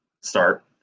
start